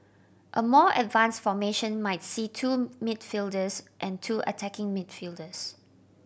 a more advanced formation might see two midfielders and two attacking midfielders